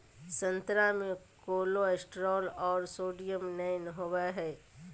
संतरा मे कोलेस्ट्रॉल और सोडियम नय होबय हइ